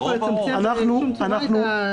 לא יכול לצמצם בשום צורה את הזכות הזאת.